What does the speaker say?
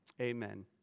Amen